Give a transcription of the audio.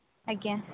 ଆଜ୍ଞା